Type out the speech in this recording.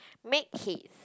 make haste